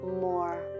more